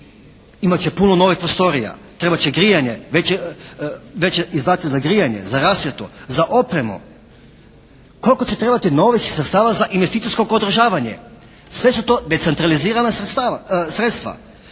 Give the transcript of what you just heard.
Imat će puno novih prostorija, trebat će grijanje, veći izdaci za grijanje, za rasvjetu, za opremu. Koliko će trebati novih sredstava za investicijsko održavanje. Sve su to decentralizirana sredstva.